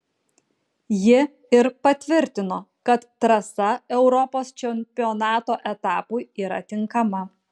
ji ir patvirtino kad trasa europos čempionato etapui yra tinkama